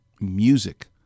music